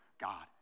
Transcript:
God